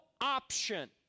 option